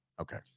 Okay